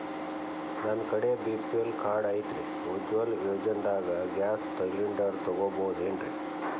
ನನ್ನ ಕಡೆ BPL card ಐತ್ರಿ, ಉಜ್ವಲಾ ಯೋಜನೆದಾಗ ಗ್ಯಾಸ್ ಸಿಲಿಂಡರ್ ತೊಗೋಬಹುದೇನ್ರಿ?